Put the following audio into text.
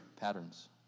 patterns